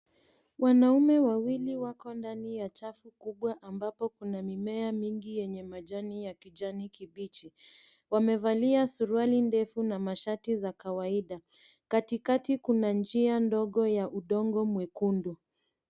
Wanaume wawili wako ndani ya chafu kubwa ambapo kuna mimea mingi yenye majani ya kijani kibichi. Wamevalia suruali ndefu na mashati za kawaida. Katikati kuna njia ndogo ya udongo mwekundu.